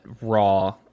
Raw